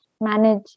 manage